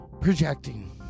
projecting